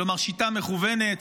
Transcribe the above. כלומר שיטה מכוונת,